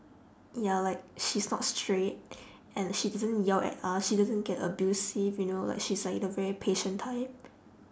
ya like she's not strict and she doesn't yell at us she doesn't get abusive you know like she's like the very patient type